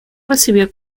recibió